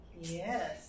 Yes